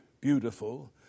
beautiful